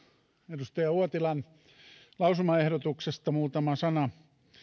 edustaja uotilan lausumaehdotuksesta muutama sana